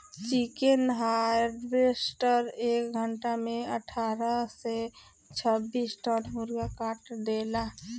chicken harvester एक घंटा में अठारह से छब्बीस टन मुर्गा काट देला